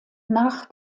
nach